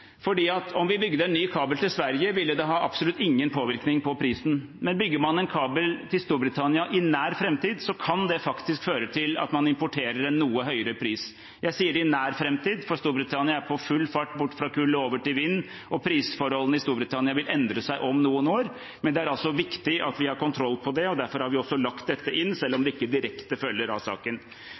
om vi bygger en ny kabel til Sverige, vil det ha absolutt ingen påvirkning på prisen. Men bygger man en kabel til Storbritannia i nær framtid, kan det faktisk føre til at man importerer en noe høyere pris. Jeg sier i nær framtid, for Storbritannia er i full fart på vei bort fra kull og over til vind, og prisforholdene i Storbritannia vil endre seg om noen år. Men det er altså viktig at vi har kontroll på det, og derfor har vi også lagt dette inn, selv om det ikke direkte følger av saken.